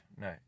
no